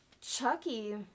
Chucky